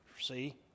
See